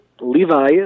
Levi